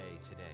today